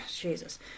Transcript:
Jesus